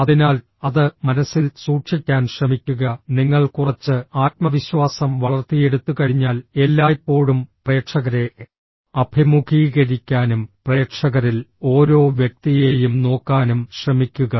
അതിനാൽ അത് മനസ്സിൽ സൂക്ഷിക്കാൻ ശ്രമിക്കുക നിങ്ങൾ കുറച്ച് ആത്മവിശ്വാസം വളർത്തിയെടുത്തുകഴിഞ്ഞാൽ എല്ലായ്പ്പോഴും പ്രേക്ഷകരെ അഭിമുഖീകരിക്കാനും പ്രേക്ഷകരിൽ ഓരോ വ്യക്തിയെയും നോക്കാനും ശ്രമിക്കുക